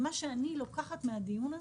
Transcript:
מה שאני לוקחת מהדיון הזה: